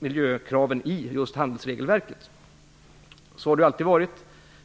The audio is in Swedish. miljökraven i handelsregelverket. Så har det alltid varit.